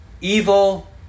evil